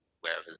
wherever